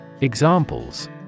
Examples